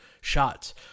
shots